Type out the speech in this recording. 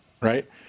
right